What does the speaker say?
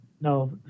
no